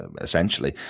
essentially